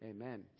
amen